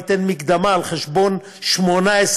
אני אתן מקדמה על חשבון 2018,